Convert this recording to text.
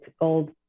old